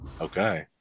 Okay